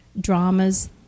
dramas